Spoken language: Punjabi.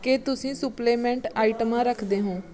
ਕੀ ਤੁਸੀਂ ਸੁਪਲੇਮੈਂਟ ਆਇਟਮਾਂ ਰੱਖਦੇ ਹੋ